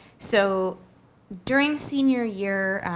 so during senior year,